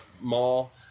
mall